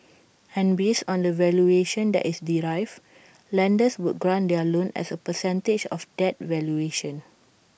and based on the valuation that is derived lenders would grant their loan as A percentage of that valuation